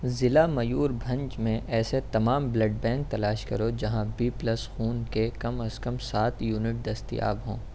ضلع میوربھنج میں ایسے تمام بلڈ بینک تلاش کرو جہاں بی پلس خون کے کم از کم سات یونٹ دستیاب ہوں